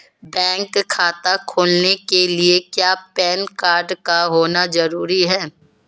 Bank खाता खोलने के लिए क्या पैन कार्ड का होना ज़रूरी है?